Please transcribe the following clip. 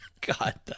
God